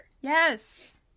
Yes